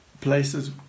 places